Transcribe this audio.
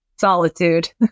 solitude